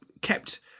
kept